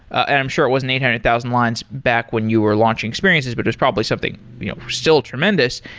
and i'm sure it wasn't eight hundred thousand lines back when you were launching experiences, but just probably something still tremendous,